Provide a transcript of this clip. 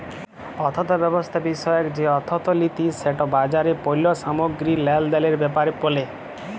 অথ্থব্যবস্থা বিষয়ক যে অথ্থলিতি সেট বাজারে পল্য সামগ্গিরি লেলদেলের ব্যাপারে ব্যলে